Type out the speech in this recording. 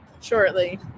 shortly